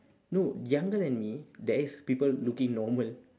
no younger than me there is people looking normal